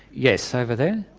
yes, over there?